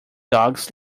dogs